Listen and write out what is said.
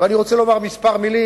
ואני רוצה לומר כמה מלים,